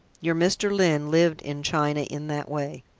your mr. lyne lived in china in that way.